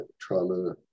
trauma